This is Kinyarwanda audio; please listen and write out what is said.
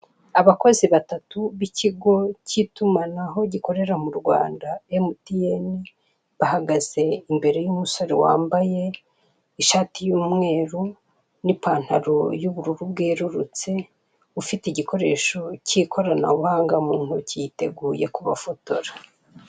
Abakozi batatu b'ikigo cy'itumanaho gikorera mu Rwanda MTN, bahagaze imbere y'umusore wambaye ishati y'umweru n'ipantaro y'ubururu bwerurutse, ufite igikoresho cy'ikoranabuhanga mu ntoki yiteguye kubafotora.